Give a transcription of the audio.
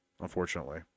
unfortunately